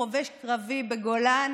חובש קרבי בגולני,